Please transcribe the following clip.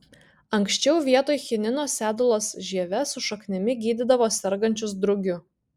anksčiau vietoj chinino sedulos žieve su šaknimi gydydavo sergančius drugiu